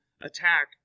attack –